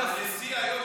הנשיא היום,